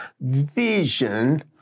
Vision